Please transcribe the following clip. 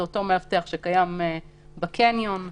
מדובר במאבטח של הקניון וכד'.